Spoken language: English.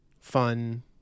fun